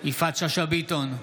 יפעת שאשא ביטון,